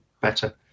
better